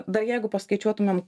dar jeigu paskaičiuotumėm